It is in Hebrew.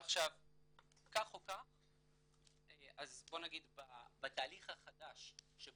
כך או כך אז בוא נגיד בתהליך החדש שבו